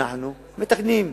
אנחנו מתקנים.